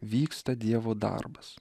vyksta dievo darbas